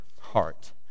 heart